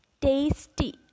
tasty